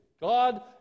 God